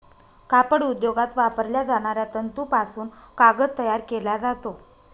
कापड उद्योगात वापरल्या जाणाऱ्या तंतूपासून कागद तयार केला जातो